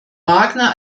wagner